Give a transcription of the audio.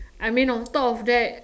I mean on top of that